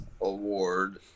award